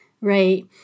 right